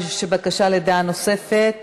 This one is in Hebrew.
יש בקשה לדעה נוספת